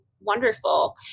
wonderful